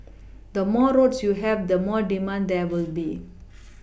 the more roads you have the more demand there will be